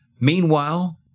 meanwhile